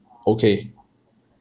okay